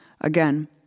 Again